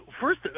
first